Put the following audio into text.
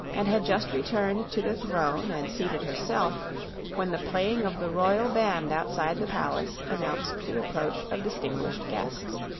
and had just returned to the throne and seated herself when the playing of the royal band outside the palace announced the approach of distinguished guests.